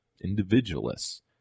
individualists